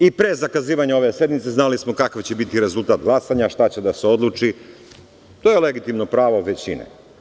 I pre zakazivanja ove sednice, znali smo kakav će biti rezultat glasanja, šta će da se odluči, to je legitimno pravo većine.